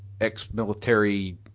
ex-military